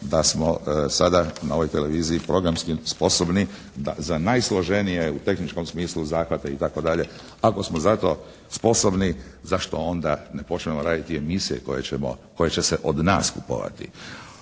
da smo sada na ovoj televiziji programski sposobni da za najsloženije u tehničkom smislu zahvate itd. ako smo za to sposobni zašto onda ne počnemo raditi emisije koje će se od nas kupovati.